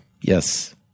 Yes